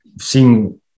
seeing